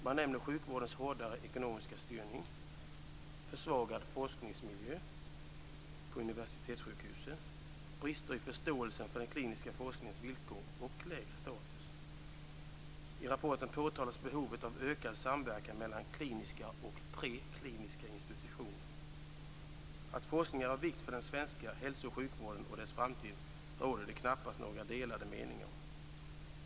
Man nämner sjukvårdens hårdare ekonomiska styrning, försvagad forskningsmiljö på universitetssjukhusen, brister i förståelsen för den kliniska forskningens villkor och lägre status. I rapporten påtalas behovet av ökad samverkan mellan kliniska och prekliniska institutioner. Att forskning är av vikt för den svenska hälsooch sjukvården och dess framtid råder det knappast några delade meningar om.